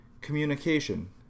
communication